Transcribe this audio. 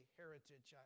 heritage